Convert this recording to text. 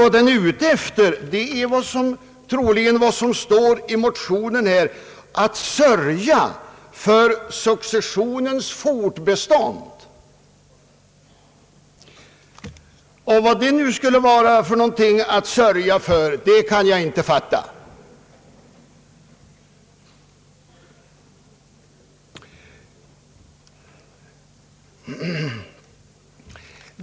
Vad den är ute efter är troligen vad som står i motionen, nämligen att sörja för successionens fortbestånd, men vad värde skulle ligga däri, kan jag inte fatta.